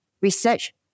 research